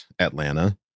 atlanta